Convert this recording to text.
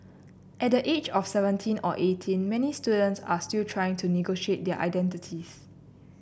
at the age of seventeen or eighteen many students are still trying to negotiate their identities